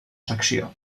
secció